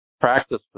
practice